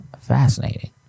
Fascinating